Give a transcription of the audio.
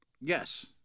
yes